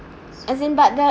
as in but the